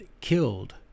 killed